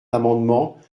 l’amendement